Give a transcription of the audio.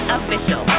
Official